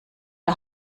der